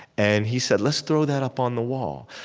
and he said, let's throw that up on the wall.